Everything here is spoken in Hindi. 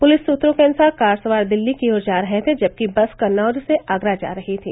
पुलिस सूत्रों के अनुसार कार सवार दिल्ली की ओर जा रहे थे जबकि बस कन्नौज से आगरा जा रही थी